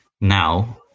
now